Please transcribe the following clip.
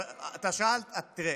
תראה,